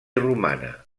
romana